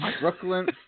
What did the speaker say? Brooklyn